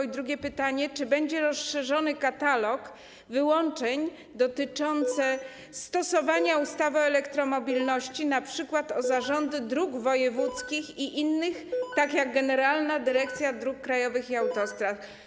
I drugie pytanie: Czy będzie rozszerzony katalog wyłączeń dotyczący stosowania ustawy o elektromobilności, np. o zarządy dróg wojewódzkich i innych, jak Generalna Dyrekcja Dróg Krajowych i Autostrad?